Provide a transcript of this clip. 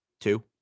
two